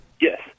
Yes